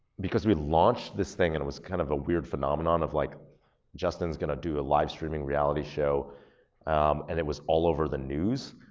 because we launched this thing and was kind of a weird phenomenon of like justin's gonna do a live-streaming reality show um and it was all over the news.